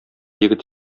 егет